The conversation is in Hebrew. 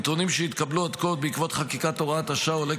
מנתונים שהתקבלו עד כה בעקבות חקיקת הוראת השעה עולה